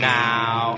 now